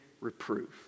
reproof